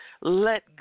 let